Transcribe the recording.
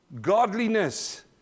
Godliness